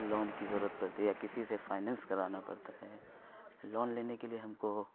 loan کی ضرورت پڑتی ہے یا کسی سے فائنینس کرانا پڑتا ہے لون لینے کے لیے ہم کو